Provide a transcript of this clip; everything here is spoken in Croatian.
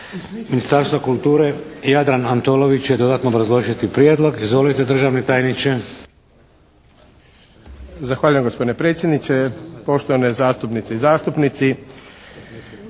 Ministarstva kulture, Jadran Antolović će dodatno obrazložiti prijedlog. Izvolite državni tajniče. **Antolović, Jadran** Zahvaljujem gospodine predsjedniče. Poštovane zastupnice i zastupnici.